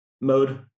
mode